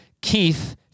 Keith